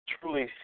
truly